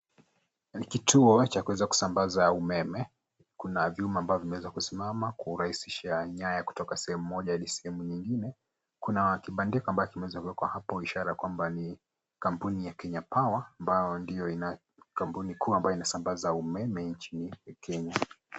Ni kituo cha kuweza kusambaza umeme. Kuna vyuma ambavyo vimeweza kusimama kurahisisha nyaya kutoka sehemu moja hadi sehemu nyingine. Kuna kibandiko ambayo kimeweza kuwekwa hapo, ishara kwamba in kampuni ya Kenya Power ambayo ni kampuni kuu ambayo inasambaza umeme nchini Kenya.